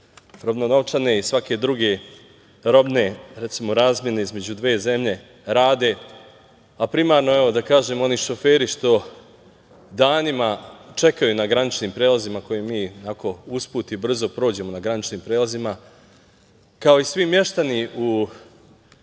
robno novčane i svake druge robne razmene između dve zemlje rade, a primarno je ovo da kažem, oni šoferi što danima čekaju na graničnim prelazima koje mi, onako usput i brzo prođemo na graničnim prelazima, kao i svi meštani u